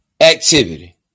activity